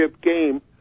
game